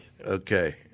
Okay